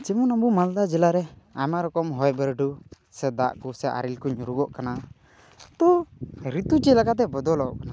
ᱡᱮᱢᱚᱱ ᱟᱵᱚ ᱢᱟᱞᱫᱟ ᱡᱮᱞᱟᱨᱮ ᱟᱭᱢᱟ ᱨᱚᱠᱚᱢ ᱦᱚᱭ ᱵᱟᱨᱰᱩ ᱥᱮ ᱫᱟᱜ ᱠᱚ ᱥᱮ ᱟᱨᱮᱞ ᱠᱚ ᱧᱩᱨᱩᱜᱚᱜ ᱠᱟᱱᱟ ᱛᱚ ᱨᱤᱛᱩ ᱪᱮᱫ ᱞᱮᱠᱟᱛᱮ ᱵᱚᱫᱚᱞᱚᱜ ᱠᱟᱱᱟ